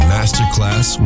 Masterclass